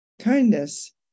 kindness